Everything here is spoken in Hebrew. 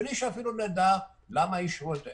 בלי שאפילו נדע למה אישרו את זה,